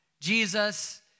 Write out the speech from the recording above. Jesus